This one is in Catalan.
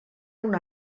una